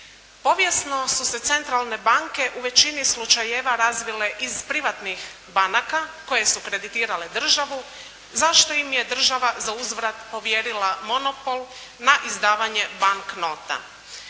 Povijesno su se centralne banke u većini slučajeva razvile iz privatnih banaka koje su kreditirale državu, zašto im je država za uzvrat povjerila monopol na izdavanje bank nota.